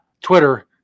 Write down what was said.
Twitter